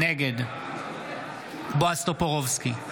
נגד בועז טופורובסקי,